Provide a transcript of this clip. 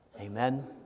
Amen